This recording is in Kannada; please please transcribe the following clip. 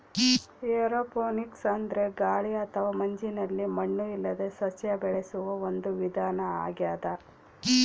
ಏರೋಪೋನಿಕ್ಸ್ ಅಂದ್ರೆ ಗಾಳಿ ಅಥವಾ ಮಂಜಿನಲ್ಲಿ ಮಣ್ಣು ಇಲ್ಲದೇ ಸಸ್ಯ ಬೆಳೆಸುವ ಒಂದು ವಿಧಾನ ಆಗ್ಯಾದ